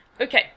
okay